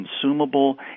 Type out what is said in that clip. consumable